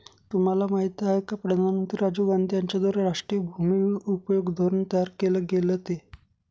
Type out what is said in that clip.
तुम्हाला माहिती आहे का प्रधानमंत्री राजीव गांधी यांच्याद्वारे राष्ट्रीय भूमि उपयोग धोरण तयार केल गेलं ते?